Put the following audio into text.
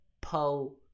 po